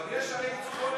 אבל הרי יש ייצוג הולם.